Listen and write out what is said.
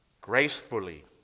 gracefully